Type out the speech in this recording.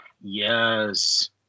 yes